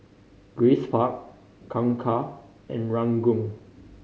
Grace Park Kangkar and Ranggung